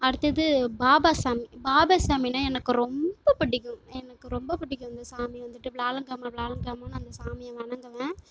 அடுத்தது பாபா சாமி பாபா சாமின்னா எனக்கு ரொம்ப பிடிக்கும் எனக்கு ரொம்ப பிடிக்கும் இந்த சாமி வந்துவிட்டு வியாழக்கிழமை வியாழக்கிழமை நான் அந்த சாமியை வணங்குவேன்